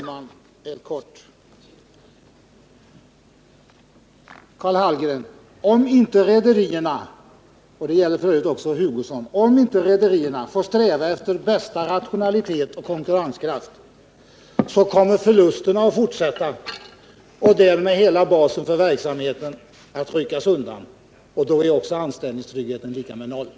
Herr talman! Jag skall fatta mig helt kort. Karl Hallgren — och f. ö. också Kurt Hugosson: Om inte rederierna får sträva efter bästa rationalitet och konkurrenskraft, så kommer förlusterna att fortsätta. Därmed kommer hela basen för verksamheten att ryckas undan, och då är också anställningstryggheten lika med noll.